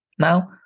Now